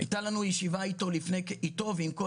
הייתה לנו בביטוח לאומי ישיבה אתו ועם כל